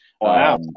Wow